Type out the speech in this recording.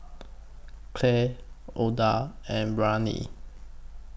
Clark Ouida and Braylen